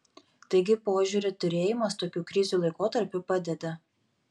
taigi požiūrio turėjimas tokių krizių laikotarpiu padeda